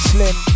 Slim